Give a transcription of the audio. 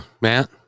Matt